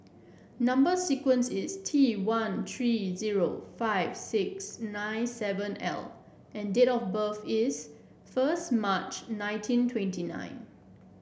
number sequence is T one three zero five six nine seven L and date of birth is first March nineteen twenty nine